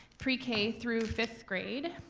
pre k through fifth grade.